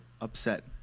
upset